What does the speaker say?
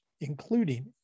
including